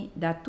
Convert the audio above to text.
da